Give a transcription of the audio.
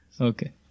Okay